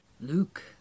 Luke